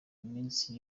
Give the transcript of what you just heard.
iminsi